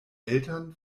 eltern